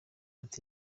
ati